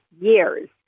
years